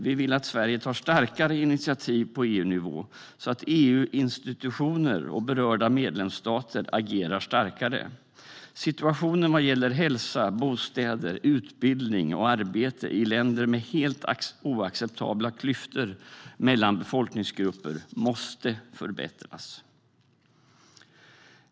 Vi vill att Sverige tar starkare initiativ på EU-nivå så att EU-institutioner och berörda medlemsstater agerar starkare. Situationen vad gäller hälsa, bostäder, utbildning och arbete i länder med helt oacceptabla klyftor mellan befolkningsgrupper måste förbättras.